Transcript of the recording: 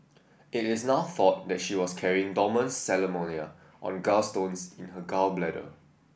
it is now thought that she was carrying dormant salmonella on gallstones in her gall bladder